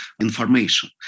information